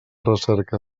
recerca